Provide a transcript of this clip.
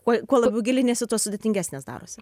kuo kuo labiau giliniesi tuo sudėtingesnės darosi